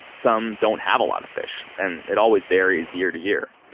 some don't have a lot of fish and it always varies year to year.